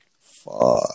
Fuck